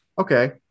Okay